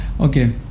Okay